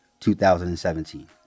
2017